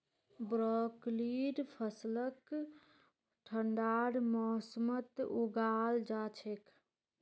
ब्रोकलीर फसलक ठंडार मौसमत उगाल जा छेक